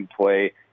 play –